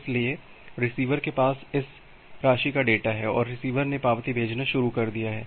इसलिए रिसीवर के पास इस राशि का डेटा है और रिसीवर ने पावती भेजना शुरू कर दिया है